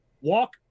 walk